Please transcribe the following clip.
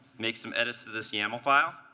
make some edits to this yaml file.